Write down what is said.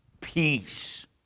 peace